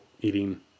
eating